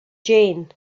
jane